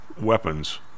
weapons